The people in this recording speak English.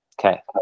Okay